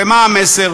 ומה המסר?